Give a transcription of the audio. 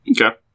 Okay